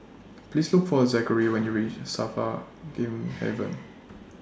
Please Look For Zackary when YOU REACH SAFRA Game Haven